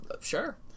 Sure